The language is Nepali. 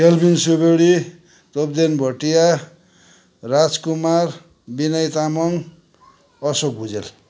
एल्विन सुबेडी थोप्देन भुटिया राजकुमार विनय तामाङ अशोक भुजेल